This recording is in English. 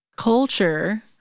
Culture